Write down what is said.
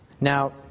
Now